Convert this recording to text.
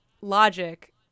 logic